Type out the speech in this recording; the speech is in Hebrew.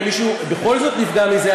אם בכל זאת מישהו נפגע מזה,